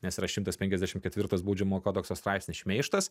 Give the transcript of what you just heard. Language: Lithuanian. nes yra šimtas penkiasdešimt ketvirtas baudžiamojo kodekso straipsnis šmeižtas